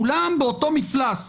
כולם באותו מפלס.